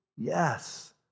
Yes